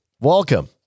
welcome